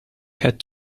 had